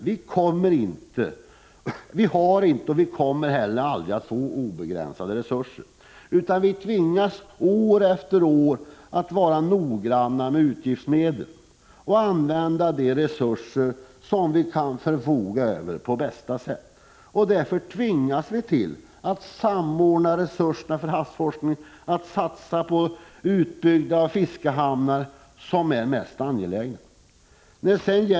Vi har dock inte, och kommer heller aldrig att få, obegränsade resurser. Vi tvingas år efter år att vara noga med utgifterna och på bästa sätt använda de resurser som vi kan förfoga över. Därför måste vi samordna resurserna för havsforskning och satsa på de utbyggnader av fiskehamnar som är mest angelägna.